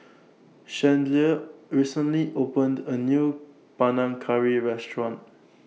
Chandler recently opened A New Panang Curry Restaurant